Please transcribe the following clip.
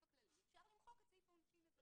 הכללי אפשר למחוק את סעיף העונשין הזה.